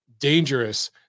dangerous